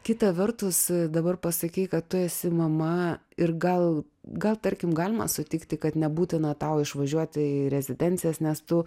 kita vertus dabar pasakei kad tu esi mama ir gal gal tarkim galima sutikti kad nebūtina tau išvažiuoti į rezidencijas nes tu